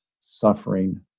suffering